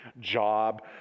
job